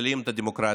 מצילים את הדמוקרטיה.